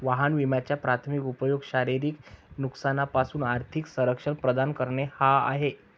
वाहन विम्याचा प्राथमिक उपयोग शारीरिक नुकसानापासून आर्थिक संरक्षण प्रदान करणे हा आहे